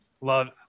Love